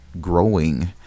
growing